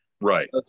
Right